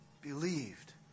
Believed